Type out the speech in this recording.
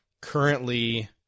Currently